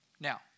Now